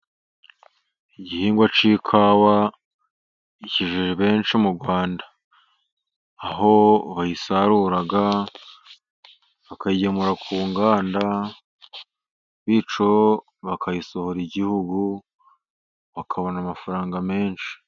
Igihingwa cy'ikawa gikijije benshi mu Rwanda, aho bayisarura bakayigemura ku nganda, bityo bakayisohora igihugu bakabona amafaranga menshi.